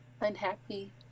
unhappy